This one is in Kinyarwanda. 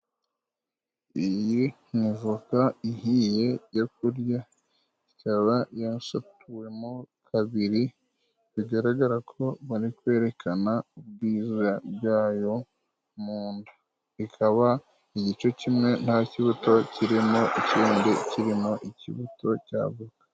Iyi ni avoka ihiye yo kurya, ikaba yasatuwemo kabiri, bigaragara ko bari kwerekana ubwiza bwayo mu nda, ikaba igice kimwe nta cy'ikibuto kirimo ikindi kirimo ikibuto cy'avoka.